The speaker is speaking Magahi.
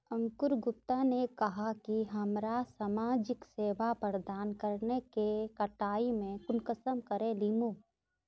अंकूर गुप्ता ने कहाँ की हमरा समाजिक सेवा प्रदान करने के कटाई में कुंसम करे लेमु?